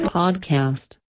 podcast